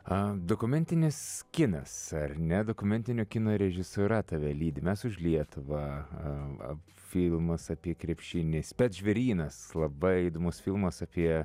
a dokumentinis kinas ar ne dokumentinio kino režisūra tave lydi mes už lietuvą a filmas apie krepšinį spec žvėrynas labai įdomus filmas apie